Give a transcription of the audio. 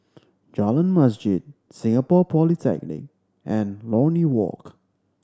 Jalan Masjid Singapore Polytechnic and Lornie Walk